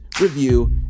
review